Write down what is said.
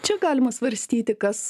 čia galima svarstyti kas